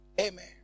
Amen